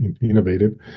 innovative